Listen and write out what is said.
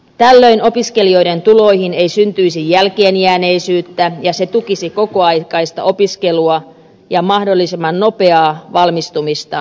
tällöin opiskelijoiden tuloihin ei syntyisi jälkeenjääneisyyttä ja se tukisi kokoaikaista opiskelua ja mahdollisimman nopeaa valmistumista työelämään